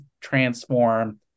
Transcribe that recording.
transform